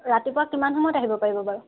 ৰাতিপুৱা কিমান সময়ত আহিব পাৰিব বাৰু